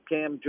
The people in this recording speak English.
Cam